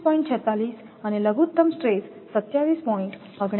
46 અને લઘુત્તમ 27